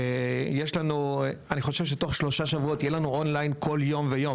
אני חושב שתוך שלושה שבועות יהיה לנו און ליין כל יום ויום,